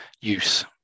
use